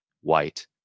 white